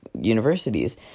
universities